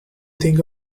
think